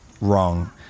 wrong